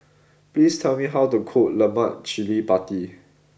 please tell me how to cook Lemak Cili Padi